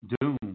doom